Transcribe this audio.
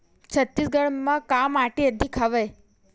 छत्तीसगढ़ म का माटी अधिक हवे?